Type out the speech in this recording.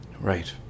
Right